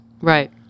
Right